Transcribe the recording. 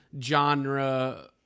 genre